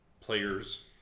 players